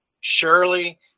Surely